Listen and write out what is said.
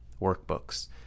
workbooks